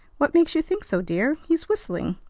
what makes you think so, dear? he's whistling.